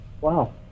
Wow